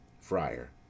Friar